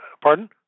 Pardon